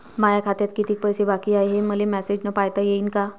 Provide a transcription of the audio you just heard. माया खात्यात कितीक पैसे बाकी हाय, हे मले मॅसेजन पायता येईन का?